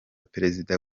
perezida